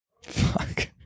fuck